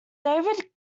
david